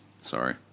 Sorry